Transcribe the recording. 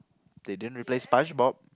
they didn't replace SpongeBob